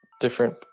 different